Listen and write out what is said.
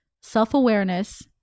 self-awareness